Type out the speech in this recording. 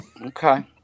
Okay